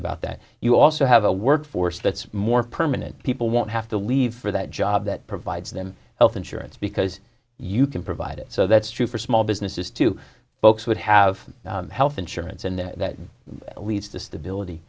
about that you also have a workforce that's more permanent people won't have to leave for that job that provides them health insurance because you can provide it so that's true for small businesses to folks would have health insurance and that leads to stability